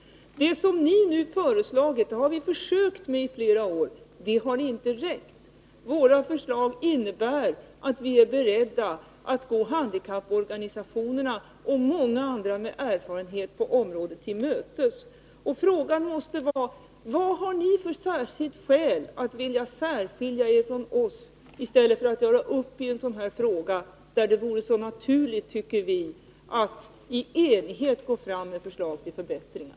Det som ni nu föreslagit har vi försökt med i flera år — det har inte räckt. Våra förslag innebär att vi är beredda att gå handikapporganisationerna och många andra med erfarenhet på området till mötes. Frågan måste vara: Vad har ni för skäl för att vilja särskilja er från oss i stället för att göra upp i en sådan här fråga, där det vore så naturligt att i enighet gå fram med förslag till förbättringar?